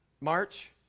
March